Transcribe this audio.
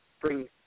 bring